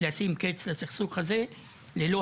מדובר